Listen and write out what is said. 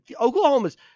Oklahoma's